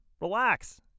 Relax